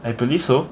I believe so